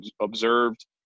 observed